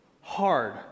hard